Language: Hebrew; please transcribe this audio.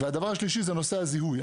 והדבר השלישי זה נושא הזיהוי.